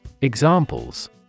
Examples